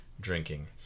drinking